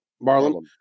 Barlow